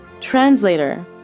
Translator